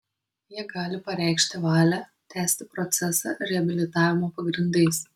jie gali pareikšti valią tęsti procesą reabilitavimo pagrindais